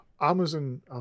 Amazon